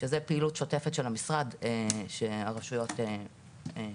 שזו פעילות שוטפת של המשרד שהרשויות משתתפות.